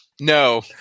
No